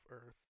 Earth